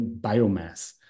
biomass